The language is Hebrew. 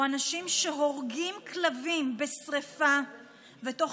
או שאנשים שהורגים כלבים בשרפה ותוך